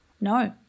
No